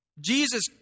Jesus